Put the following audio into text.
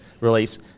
release